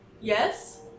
Yes